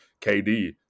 kd